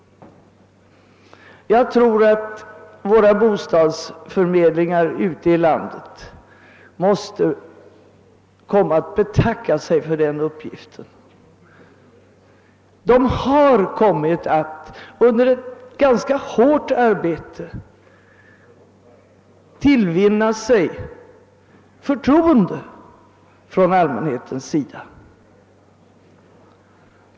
Jag tror att våra bostadsförmedlingar ute i landet kommer att betacka sig för den uppgiften. De har kommit att, under ett ganska hårt arbete, tillvinna sig förtroende från allmänhetens sida.